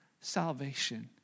salvation